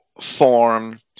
form